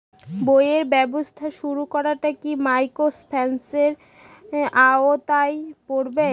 বইয়ের ব্যবসা শুরু করাটা কি মাইক্রোফিন্যান্সের আওতায় পড়বে?